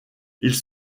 ils